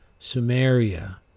Sumeria